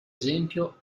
esempio